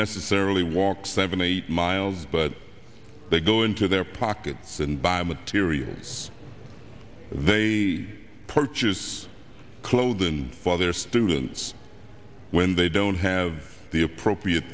necessarily walk seven eight miles but they go into their pockets and by materials they purchase clothes and while they're students when they don't have the appropriate